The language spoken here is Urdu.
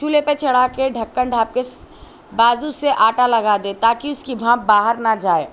چولہے پہ چڑھا کے ڈھکن ڈھانپ کے بازو سے آٹا لگا دیں تا کہ اس کی بھاپ باہر نہ جائے